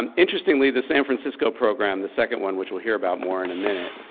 um interestingly, the san francisco program, the second one which we'll hear about more in a minute,